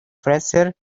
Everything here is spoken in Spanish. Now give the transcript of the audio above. fraser